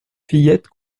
fillettes